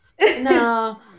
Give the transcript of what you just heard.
No